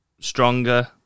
stronger